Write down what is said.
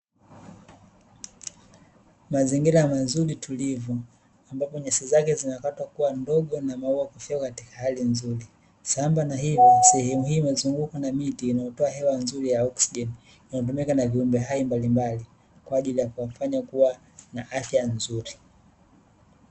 Mazingira mazuri tulivu ambapo nyasi zake zinakatwa kuwa ndogo na maua kufyekwa kuwa katika halli nzuri, sambamba na hivyo sehemu hii imezungukwa na miti inayotoa hewa nzuri ya oksijeni, inatumika na viumbe hai mbalimbali kwa ajili ya kuwafanya kuwa na afya nzuri.